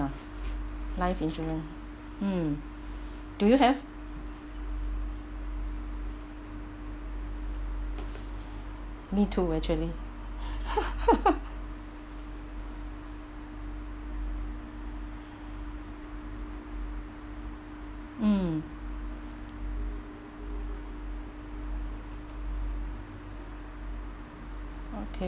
ah life insurance mm do you have me too actually mm okay